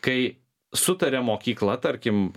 kai sutaria mokykla tarkim